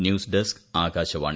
news desk Akashvani